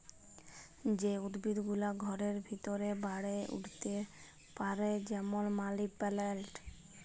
যে উদ্ভিদ গুলা ঘরের ভিতরে বাড়ে উঠ্তে পারে যেমল মালি পেলেলট